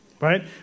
right